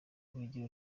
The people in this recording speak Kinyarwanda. urugero